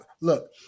look